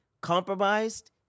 compromised